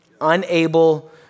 unable